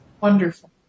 wonderful